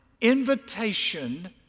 invitation